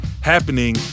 happening